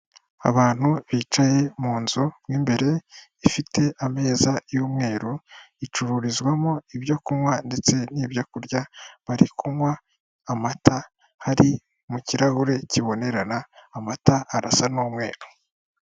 Abantu bicaye mu nzu mw'imbere ifite ameza y'umweru, icururizwamo ibyo kunywa ndetse n'ibyo kurya, bari kunywa amata ari mu kirahure kibonerana, amata arasa n'umweru.